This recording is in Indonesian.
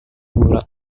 gula